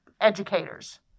educators